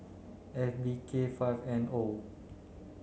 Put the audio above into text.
F B K five N O